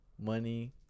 Money